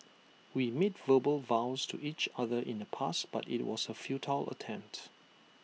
we made verbal vows to each other in the past but IT was A futile attempt